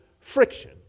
friction